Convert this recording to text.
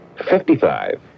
Fifty-five